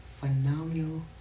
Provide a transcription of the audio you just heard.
Phenomenal